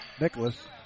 Nicholas